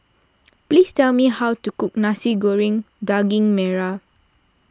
please tell me how to cook Nasi Goreng Daging Merah